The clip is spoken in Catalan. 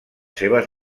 seves